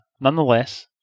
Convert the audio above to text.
nonetheless